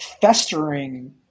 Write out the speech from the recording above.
festering